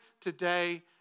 today